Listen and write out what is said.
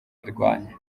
irwanya